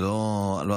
זה לא הזמן,